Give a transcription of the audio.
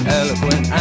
eloquent